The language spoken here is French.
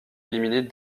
éliminés